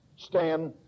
stand